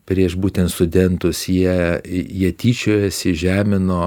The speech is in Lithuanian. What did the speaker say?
prieš būtent studentus jie jie tyčiojosi žemino